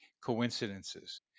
coincidences